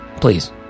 please